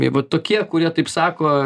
va tokie kurie taip sako